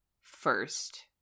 first